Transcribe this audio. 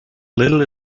little